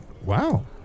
wow